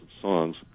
songs